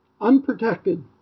Unprotected